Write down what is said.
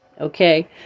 Okay